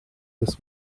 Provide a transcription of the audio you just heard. des